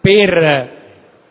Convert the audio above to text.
per